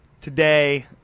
Today